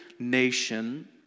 Nation